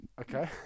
Okay